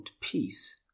peace